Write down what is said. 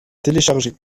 télécharger